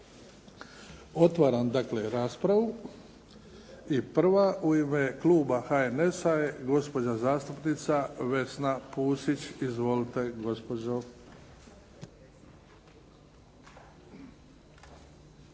Otvaram dakle raspravu. I prva u ime Kluba HNS-a je gospođa zastupnica Vesna Pusić. Izvolite gospođo.